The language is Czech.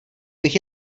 bych